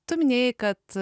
tu minėjai kad